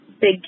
Big